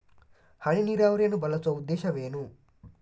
ಹನಿ ನೀರಾವರಿಯನ್ನು ಬಳಸುವ ಉದ್ದೇಶವೇನು?